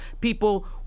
people